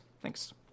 Thanks